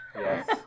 Yes